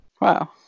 Wow